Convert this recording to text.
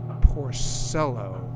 Porcello